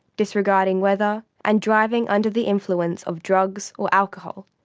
disregarding weather and driving under the influence of drugs or alcohol.